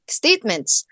statements